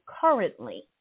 currently